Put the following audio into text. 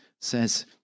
says